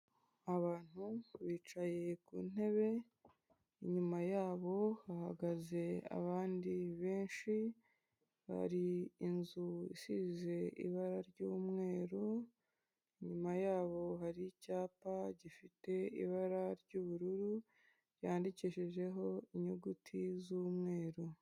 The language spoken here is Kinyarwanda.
Abantu bicaye ku ntebe, inyuma yabo hahagaze abandi benshi hari inzu isize ibara ry'umweru, inyuma yabo hari icyapa gifite ibara ry'ubururu ryandikishijeho inyuguti z'umweru.